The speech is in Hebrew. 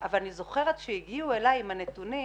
אני זוכרת שכאשר הגיעו אלי עם הנתונים,